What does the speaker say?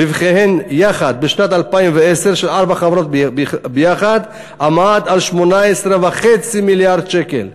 רווחיהן של ארבע החברות יחד בשנת 2010 עמדו על 18.5 מיליארד שקלים,